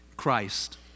Christ